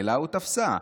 גלגלה ותפסה,